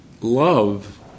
Love